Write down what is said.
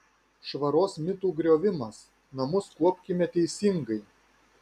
švaros mitų griovimas namus kuopkime teisingai